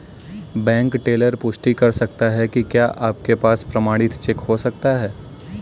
Bank teller पुष्टि कर सकता है कि क्या आपके पास प्रमाणित चेक हो सकता है?